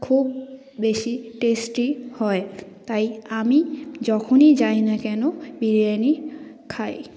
খুব বেশি টেস্টি হয় তাই আমি যখনই যাই না কেন বিরিয়ানি খাই